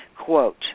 Quote